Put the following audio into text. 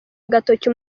agatoki